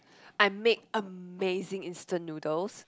I make amazing instant noodles